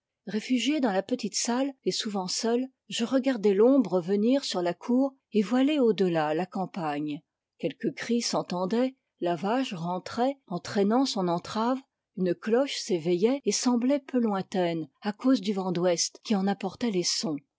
réfugié dans la petite salle et souvent seul je regardais l'ombre venir sur la cour et voiler au delà la campagne quelques cris s'entendaient la vache rentrait en traînant son entrave une cloche s'éveillait et semblait peu lointaine à cause du vent d'ouest qui en apportait les sons